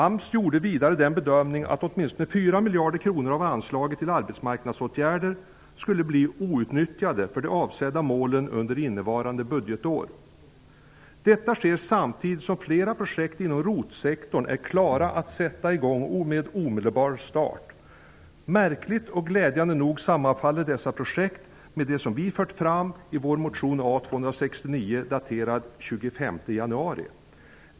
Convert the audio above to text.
AMS gjorde vidare den bedömningen att åtminstone fyra miljarder kronor av anslaget till arbetsmarknadsåtgärder skulle bli outnyttjade för de avsedda målen under innevarande budgetår. Detta sker samtidigt som flera projekt inom ROT sektorn är klara att sätta i gång omedelbart. Märkligt och glädjande nog sammanfaller dessa projekt med dem som vi fört fram i vår motion A269 daterad den 25 januari.